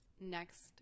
next